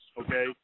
okay